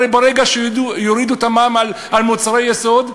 הרי ברגע שיורידו את המע"מ על מוצרי יסוד,